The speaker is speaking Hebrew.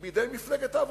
היא בידי מפלגת העבודה.